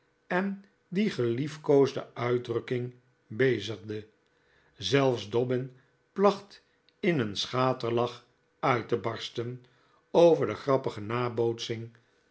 en die geliefkoosde uitdrukking bezigde zelfs dobbin placht in een schaterlach uit te barsten over de grappige nabootsing